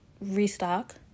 restock